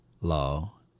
law